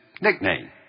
nickname